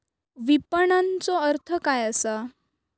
विपणनचो अर्थ काय असा?